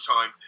time